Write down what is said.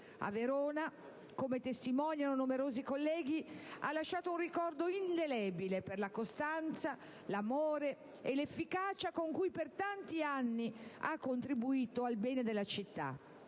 A Verona, come testimoniano numerosi colleghi, ha lasciato un ricordo indelebile per la costanza, l'amore e l'efficacia con cui per tanti anni ha contribuito al bene della città.